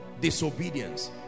disobedience